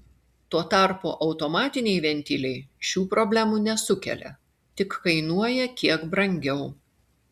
tuo tarpu automatiniai ventiliai šių problemų nesukelia tik kainuoja kiek brangiau